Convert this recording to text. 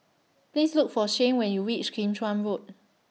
Please Look For Shayne when YOU REACH Kim Chuan Road